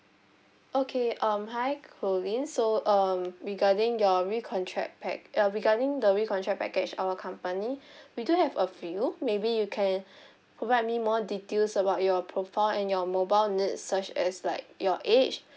okay um hi colleen so um regarding your recontract pack uh regarding the recontract package our company we do have a few maybe you can provide me more details about your profile and your mobile needs such as like your age